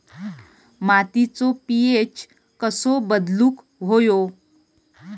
मातीचो पी.एच कसो बदलुक होयो?